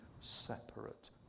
separate